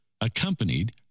accompanied